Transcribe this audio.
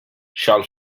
shall